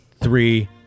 three